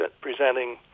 presenting